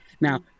Now